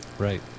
Right